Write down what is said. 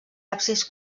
absis